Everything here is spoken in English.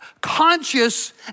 conscious